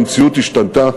המציאות השתנתה,